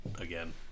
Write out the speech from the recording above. again